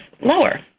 lower